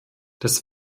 des